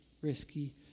risky